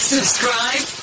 Subscribe